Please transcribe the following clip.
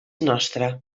nostra